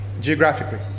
geographically